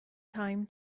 time